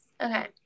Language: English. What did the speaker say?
Okay